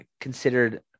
considered